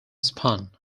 spun